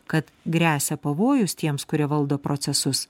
kad gresia pavojus tiems kurie valdo procesus